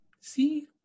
See